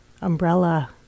umbrella